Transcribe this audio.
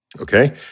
Okay